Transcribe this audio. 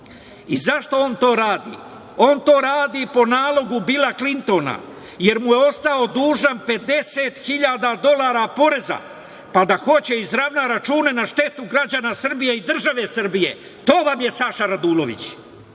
i zašto on to radi? On to radi po nalogu Bila Klintona, jer mu je ostao dužan 50.000 dolara poreza, pa da hoće da izravna račune na štetu građana Srbije i države Srbije. To Vam je Saša Radulović. Ništa